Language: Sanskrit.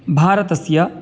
भारतस्य